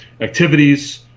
activities